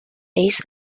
bays